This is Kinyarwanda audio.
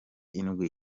indwi